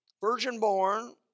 virgin-born